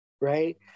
Right